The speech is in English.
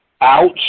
Ouch